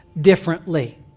differently